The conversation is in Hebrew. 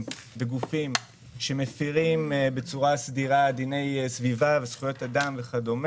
בגופים שמפרים בצורה סדירה דיני סביבה וזכויות אדם וכדומה.